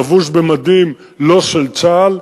לבוש במדים לא של צה"ל,